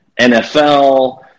NFL